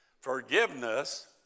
Forgiveness